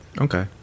okay